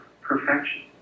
perfection